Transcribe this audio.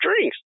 drinks